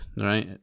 right